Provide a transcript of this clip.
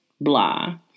blah